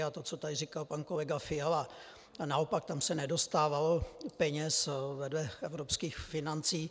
A to, co říkal pan kolega Fiala, naopak, tam se nedostávalo peněz vedle evropských financí.